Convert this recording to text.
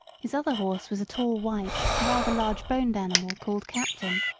his other horse was a tall, white, rather large-boned animal called captain.